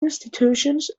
institutions